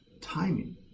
timing